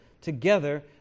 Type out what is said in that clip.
together